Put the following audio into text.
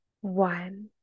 one